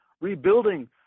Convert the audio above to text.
rebuilding